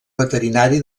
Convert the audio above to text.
veterinari